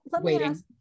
waiting